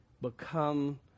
become